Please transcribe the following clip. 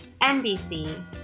NBC